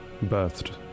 birthed